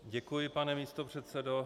Děkuji, pane místopředsedo.